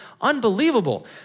unbelievable